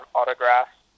autographs